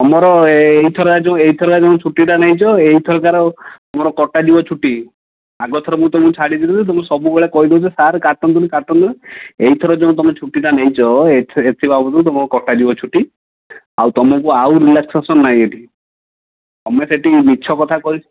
ତୁମର ଏଇଥର ଯେଉଁ ଏହିଥର ଯେଉଁ ଛୁଟିଟା ନେଇଛ ଏଇଥର ତା'ର ତୁମର କଟାଯିବ ଛୁଟି ଆଗଥର ମୁଁ ତୁମକୁ ଛାଡ଼ି ଦେଇଥିଲି ତୁମେ ସବୁବେଳେ କହି ଦେଉଛ ସାର୍ କାଟନ୍ତୁନି କାଟନ୍ତୁନି ଏଇଥର ଯେଉଁ ତୁମେ ଛୁଟିଟା ନେଇଛ ଏଥି ବାବଦକୁ ତୁମକୁ କଟାଯିବ ଛୁଟି ଆଉ ତୁମକୁ ଆଉ ତୁମକୁ ରିଲାକ୍ସେସନ୍ ନାହିଁ ଏଇଠି ତୁମେ ସେଇଠି ମିଛ କଥା କହିକି